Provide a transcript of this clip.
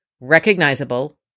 recognizable